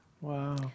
Wow